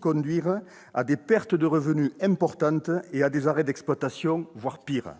conduira aussi à des pertes de revenus importantes et à l'arrêt d'exploitations, voire pire.